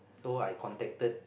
so I contacted